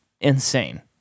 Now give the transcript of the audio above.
insane